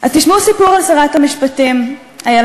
אז תשמעו סיפור על שרת המשפטים איילת